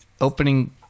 opening